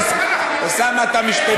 אוסאמה, אתה משפטן, אבל יש משפטנים יותר.